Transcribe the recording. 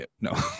No